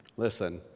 Listen